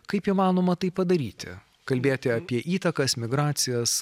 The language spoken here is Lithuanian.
kaip įmanoma tai padaryti kalbėti apie įtakas migracijas